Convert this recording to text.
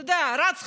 אתה יודע, רץ חמור,